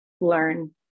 learn